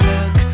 Look